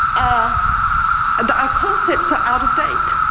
ah but our concepts are out of date.